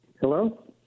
Hello